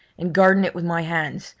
and guarding it with my hands,